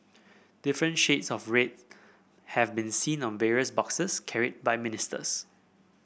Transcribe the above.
different shades of red have been seen on various boxes carried by ministers